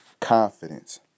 confidence